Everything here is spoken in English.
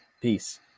Peace